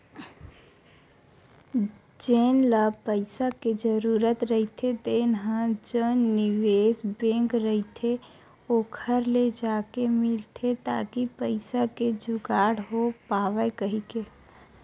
जेन ल पइसा के जरूरत रहिथे तेन ह जउन निवेस बेंक रहिथे ओखर ले जाके मिलथे ताकि पइसा के जुगाड़ हो पावय कहिके